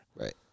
Right